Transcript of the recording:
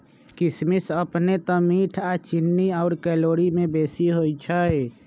किशमिश अपने तऽ मीठ आऽ चीन्नी आउर कैलोरी में बेशी होइ छइ